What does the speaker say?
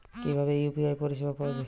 কিভাবে ইউ.পি.আই পরিসেবা পাওয়া য়ায়?